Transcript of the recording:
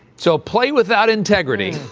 so play with that integrity,